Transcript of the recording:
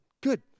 Good